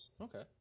okay